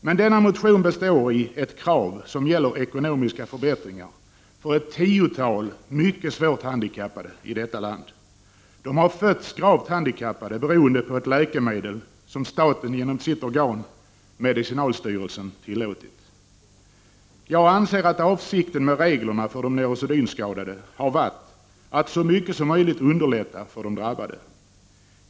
Men denna motion innehåller ett krav på ekonomiska förbättringar för ett tiotal mycket svårt handikappade i detta land. De har fötts gravt handikappade till följd av användning av ett läkemedel som staten tillåtit genom sitt organ medicinalstyrelsen. Jag anser att avsikten med reglerna för de neurosedynskadade har varit att så mycket som möjligt underlätta för de drabbade.